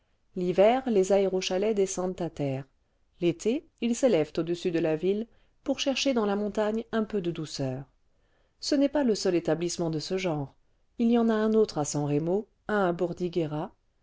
l'hiver les aérochalets descendent à terre l'été ils s'élèvent au-dessus de la ville pour chercher dans la montagne un peu de douceur ce n'est pas le seul établissement de ce genre il y en a un autre à san rerno